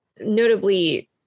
Notably